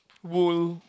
wool